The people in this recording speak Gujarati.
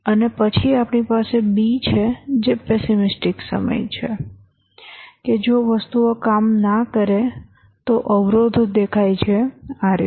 અને પછી આપણી પાસે b છે જે પેસિમિસ્ટિક સમય છે કે જો વસ્તુઓ કામ ન કરે તો અવરોધો દેખાય છે આ રીતે